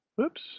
Oops